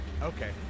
Okay